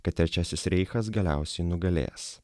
kad trečiasis reichas galiausiai nugalės